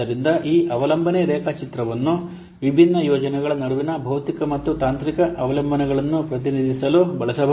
ಆದ್ದರಿಂದ ಈ ಅವಲಂಬನೆ ರೇಖಾಚಿತ್ರವನ್ನು ವಿಭಿನ್ನ ಯೋಜನೆಗಳ ನಡುವಿನ ಭೌತಿಕ ಮತ್ತು ತಾಂತ್ರಿಕ ಅವಲಂಬನೆಗಳನ್ನು ಪ್ರತಿನಿಧಿಸಲು ಬಳಸಬಹುದು